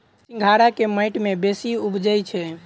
सिंघाड़ा केँ माटि मे बेसी उबजई छै?